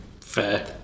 Fair